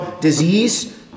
disease